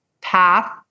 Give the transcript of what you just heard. path